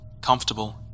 comfortable